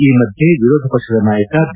ಈ ಮಧ್ಯೆ ವಿರೋಧ ಪಕ್ಷದ ನಾಯಕ ಬಿ